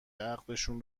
عقدشون